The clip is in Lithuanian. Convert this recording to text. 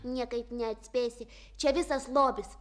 niekaip neatspėsi čia visas lobis